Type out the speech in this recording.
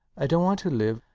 i don't want to live.